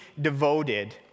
devoted